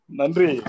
Nandri